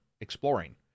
exploring